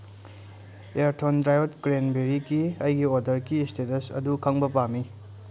ꯏꯌꯔꯊꯣꯟ ꯗ꯭ꯔꯥꯏꯌꯣꯠ ꯀ꯭ꯔꯦꯟꯕꯦꯔꯤꯒꯤ ꯑꯩꯒꯤ ꯑꯣꯔꯗꯔꯒꯤ ꯏꯁꯇꯦꯇꯁ ꯑꯗꯨ ꯈꯪꯕ ꯄꯥꯝꯃꯤ